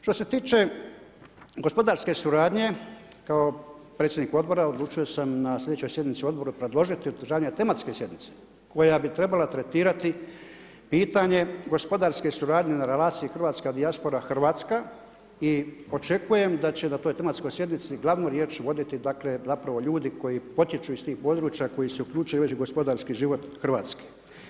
Što se tiče gospodarske suradnje, kao predsjednik odbora, odlučio sam na sljedećoj sjednici odbora predložiti održavanje tematske sjednice, koja bi trebala tretirati pitanje gospodarske suradnje na relaciji hrvatska dijaspora Hrvatska i očekujem da će na toj tematskoj sjednici glavnu riječ voditi dakle, zapravo ljudi koji potiču iz tih područja, koji se uključuju već u gospodarski život Hrvatske.